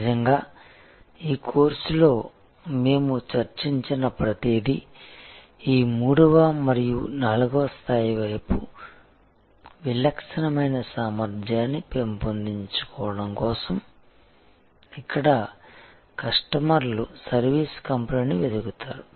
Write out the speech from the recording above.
నిజంగా ఈ కోర్సులో మేము చర్చించిన ప్రతిదీ ఈ 3 వ మరియు 4 వ స్థాయి వైపు విలక్షణమైన సామర్థ్యాన్ని పెంపొందించుకోవడం కోసం ఇక్కడ కస్టమర్లు సర్వీస్ కంపెనీని వెతుకుతారు